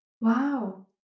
Wow